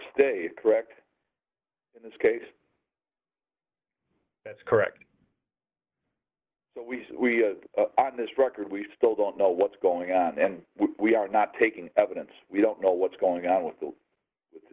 not correct in this case that's correct so we on this record we still don't know what's going on and we are not taking evidence we don't know what's going on with the